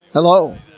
Hello